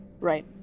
right